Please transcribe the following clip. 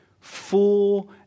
full